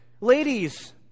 Ladies